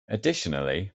additionally